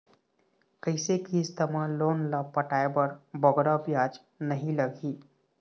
कइसे किस्त मा लोन ला पटाए बर बगरा ब्याज नहीं लगही?